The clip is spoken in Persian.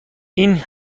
این